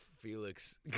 Felix